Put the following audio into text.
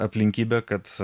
aplinkybė kad